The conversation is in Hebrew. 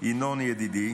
ינון ידידי,